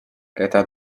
keda